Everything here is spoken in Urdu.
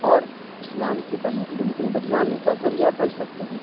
اور اسلام کی بدنامی کا ذریعہ بن سکتی ہیں